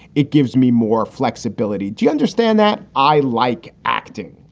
it gives me more flexibility. do you understand that i like acting?